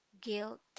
guilt